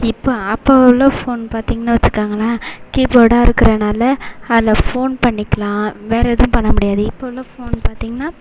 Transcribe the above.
இப்போ அப்போ உள்ள ஃபோன் பார்த்தீங்கன்னா வெச்சுக்கோங்களேன் கீபோர்டாக இருக்கறதினால அதில் ஃபோன் பண்ணிக்கலாம் வேற எதுவும் பண்ண முடியாது இப்போது உள்ள ஃபோன் பார்த்தீங்கன்னா